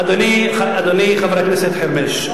אדוני חבר הכנסת חרמש,